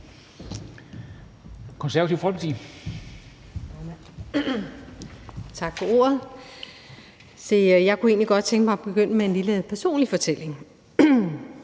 Konservative Folkeparti.